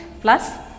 plus